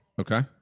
Okay